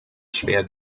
schwer